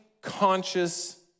conscious